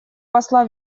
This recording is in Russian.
посла